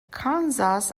kansas